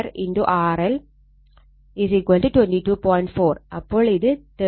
4 അപ്പോൾ ഇത് 38